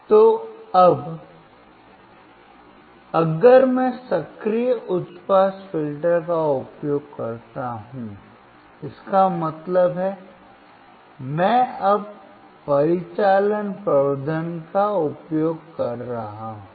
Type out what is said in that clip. तो अब अगर मैं सक्रिय उच्च पास फिल्टर का उपयोग करता हूं इसका मतलब है मैं अब परिचालन प्रवर्धक का उपयोग कर रहा हूं